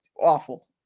awful